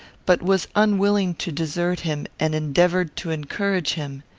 but was unwilling to desert him, and endeavoured to encourage him.